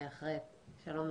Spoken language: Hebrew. שלום,